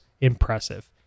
impressive